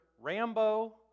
Rambo